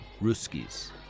Ruskis